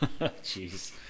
jeez